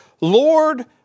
Lord